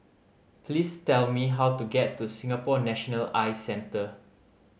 please tell me how to get to Singapore National Eye Centre